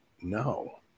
No